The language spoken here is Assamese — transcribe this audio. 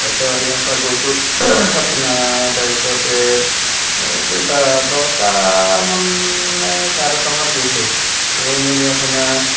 তাৰ পিছত ইয়াৰ পৰা গৈছো আপোনাৰ তাৰ পিছতে এ কেইটা দছটা মান নে চাৰে দছটা মানত গৈছো গৈ মেলি আপোনাৰ